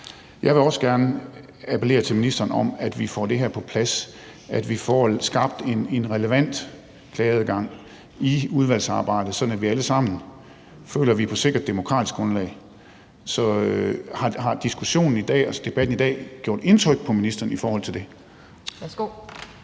Jeg vil også gerne appellere til ministeren om, at vi får det her på plads, at vi får skabt en relevant klageadgang i udvalgsarbejdet, sådan at vi alle sammen føler, at vi er på sikkert demokratisk grundlag. Så har debatten i dag gjort indtryk på ministeren i forhold til det?